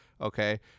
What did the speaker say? okay